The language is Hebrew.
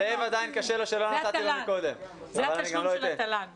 זה הדבר הראשון.